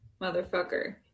motherfucker